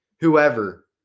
whoever